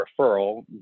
referral